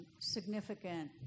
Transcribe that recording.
significant